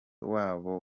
w’abo